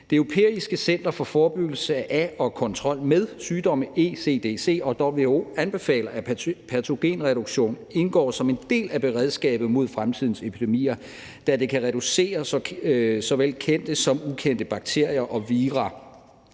Det Europæiske Center for Forebyggelse af og Kontrol med Sygdomme, ECDC, og WHO anbefaler, at patogenreduktion indgår som en del af beredskabet mod fremtidens epidemier, da det kan reducere såvel kendte som ukendte bakterier og vira